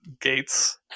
gates